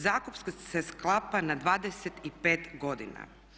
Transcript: Zakup se sklapa na 25 godina.